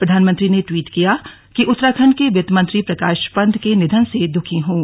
प्रधानमंत्री ने ट्वीट किया कि उत्तराखंड के वित्त मंत्री प्रकाश पंत के निधन से दुखी हूं